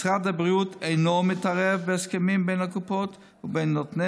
משרד הבריאות אינו מתערב בהסכמים בין הקופות ובין נותני